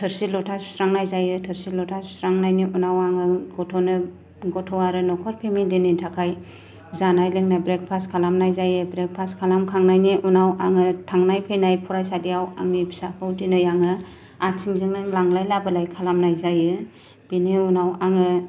थोरसि ल'था सुस्रांनाय जायो थोरसि लथा सुस्रांनायनि उनाव आं आंनि गथ'नो गथ' आरो न'खर फेमिलिनि थाखाय जानाय लोंनाय ब्रेकफास्ट खालामनाय जायो ब्रेकफास्ट खालाम खांनायनि उनाव आङो थांनाय फैनाय फरायसालिआव आंनि फिसाखौ दिनै आङो आथिं जोंनो लांलाय लाबोलाय खालामनाय जायो बिनि उनाव आङो